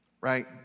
Right